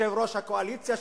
יושב-ראש הקואליציה,